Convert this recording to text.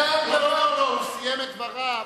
סיים את דבריו.